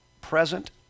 present